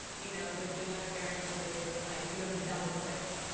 you know there's genetic variance associated with like do you have the double twitch.